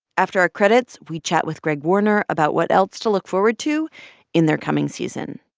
after our credits, we chat with greg warner about what else to look forward to in their coming season